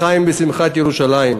לחיים בשמחת ירושלים.